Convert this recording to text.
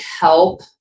help